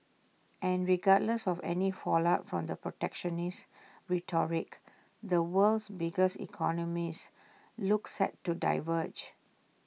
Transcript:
and regardless of any fallout from the protectionist rhetoric the world's biggest economies look set to diverge